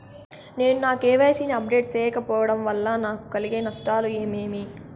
నేను నా కె.వై.సి ని అప్డేట్ సేయకపోవడం వల్ల నాకు కలిగే నష్టాలు ఏమేమీ?